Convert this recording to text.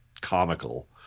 comical